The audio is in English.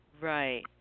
right